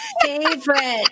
favorite